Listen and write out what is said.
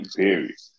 period